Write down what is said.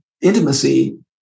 intimacy